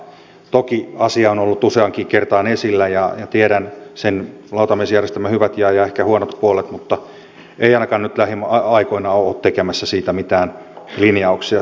toki asia on ollut useaankin kertaan esillä ja tiedän sen lautamiesjärjestelmän hyvät ja ehkä huonot puolet mutta ei ainakaan nyt lähiaikoina olla tekemässä siitä mitään linjauksia